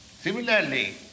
Similarly